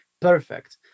perfect